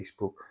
Facebook